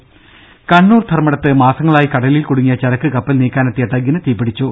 ദരദ കണ്ണൂർ ധർമ്മടത്ത് മാസങ്ങളായി കടലിൽ കുടുങ്ങിയ ചരക്കു കപ്പൽ നീക്കാനെത്തിയ ടഗ്ഗിന് തീപിടിച്ചു